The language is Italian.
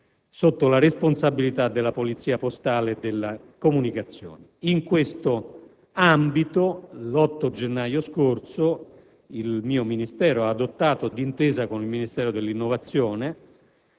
sotto la responsabilità della polizia postale e delle comunicazioni. In questo ambito, l'8 gennaio scorso, il mio Ministero ha adottato, d'intesa con il Ministero per le